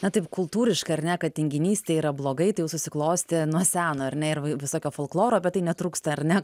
na taip kultūriškai ar ne kad tinginystė yra blogai tai jau susiklostė nuo seno ar ne visokio folkloro apie tai netrūksta ar ne